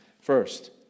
First